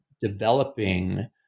developing